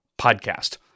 podcast